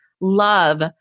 love